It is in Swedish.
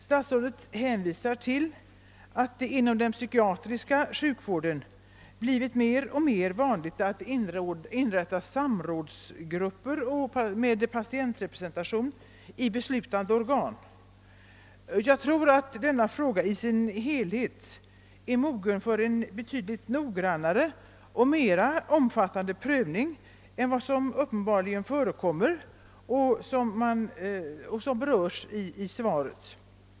Statsrådet hänvisar till att det inom den psykiatriska sjukvården blivit mer och mer vanligt att inrätta samrådsgrupper och patientrepresentation i beslutande organ. Jag tror att denna fråga i sin helhet är mogen för en betydligt noggrannare och mera omfattande prövning än vad som uppenbarligen förekommer och som berörs i interpellationssvaret.